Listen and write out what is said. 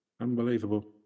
Unbelievable